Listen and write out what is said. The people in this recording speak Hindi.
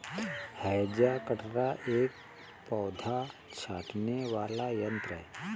हैज कटर एक पौधा छाँटने वाला यन्त्र है